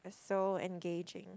so engaging